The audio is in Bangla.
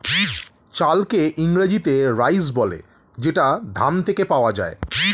চালকে ইংরেজিতে রাইস বলে যেটা ধান থেকে পাওয়া যায়